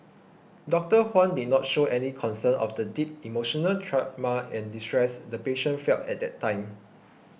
Doctor Huang did not show any concern of the deep emotional trauma and distress the patient felt at that time